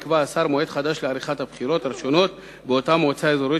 יקבע השר מועד חדש לעריכת הבחירות הראשונות באותה מועצה אזורית,